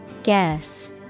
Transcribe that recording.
Guess